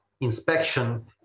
inspection